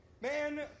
man